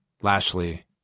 Lashley